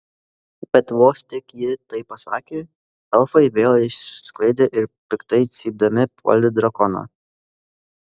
bet vos tik ji tai pasakė elfai vėl išsisklaidė ir piktai cypdami puolė drakoną